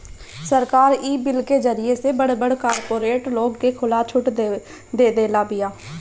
सरकार इ बिल के जरिए से बड़ बड़ कार्पोरेट लोग के खुला छुट देदेले बिया